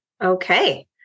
Okay